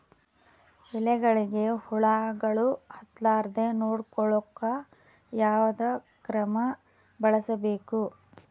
ಎಲೆಗಳಿಗ ಹುಳಾಗಳು ಹತಲಾರದೆ ನೊಡಕೊಳುಕ ಯಾವದ ಕ್ರಮ ಬಳಸಬೇಕು?